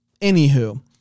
Anywho